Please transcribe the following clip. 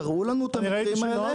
תראו לנו את המקרים האלה.